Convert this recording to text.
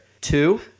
Two